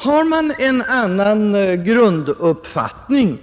Har man en annan grunduppfattning